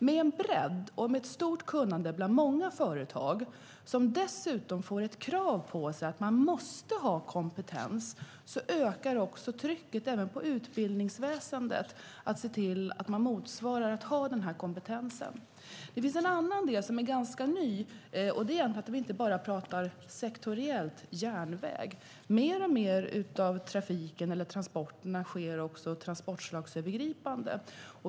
Med en bredd och ett stort kunnande bland många företag, som dessutom får krav på sig att ha kompetens, ökar trycket även på utbildningsväsendet att utbilda till motsvarande kompetens. Det finns en ny fråga, nämligen att vi inte bara talar sektoriellt om järnväg. Mer och mer av trafiken och transporterna sker transportslagsövergripande.